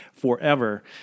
forever